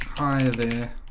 hi there,